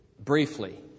Briefly